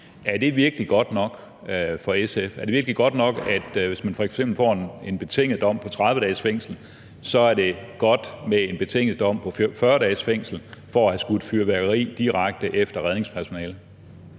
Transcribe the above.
Er det virkelig godt nok for SF? Er det virkelig godt nok for SF, at man frem for at få en betinget dom på 30 dages fængsel nu får en betinget dom på 40 dages fængsel for at have skudt fyrværkeri direkte efter redningspersonale?